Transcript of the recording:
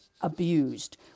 abused